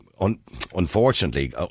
unfortunately